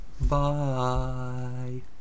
Bye